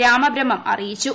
രാമബ്രഹ്മം അറിയിച്ചു